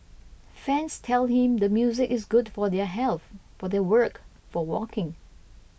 fans tell him the music is good for their health for their work for walking